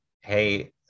hey